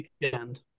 weekend